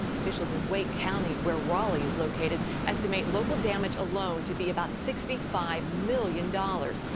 officials in wake county, where raleigh is located, estimate local damage alone to be about sixty five million dollars,